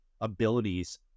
abilities